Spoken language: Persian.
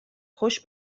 خوش